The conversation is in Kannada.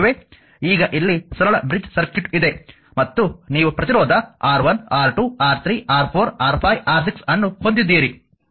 ಈಗ ಇಲ್ಲಿ ಸರಳ ಬ್ರಿಜ್ ಸರ್ಕ್ಯೂಟ್ ಇದೆ ಮತ್ತು ನೀವು ಪ್ರತಿರೋಧ R1 R2 R3 R 4 R5 R 6 ಅನ್ನು ಹೊಂದಿದ್ದೀರಿ